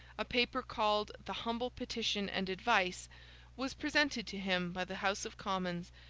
a paper, called the humble petition and advice was presented to him by the house of commons,